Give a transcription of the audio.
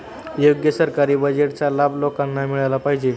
योग्य सरकारी बजेटचा लाभ लोकांना मिळाला पाहिजे